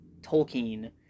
tolkien